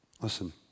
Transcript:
Listen